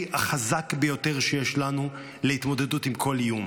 החזק ביותר שיש לנו להתמודדות עם כל איום,